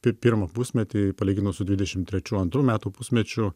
pi pirmą pusmetį palyginus su dvidešim trečių antrų metų pusmečiu